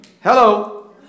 Hello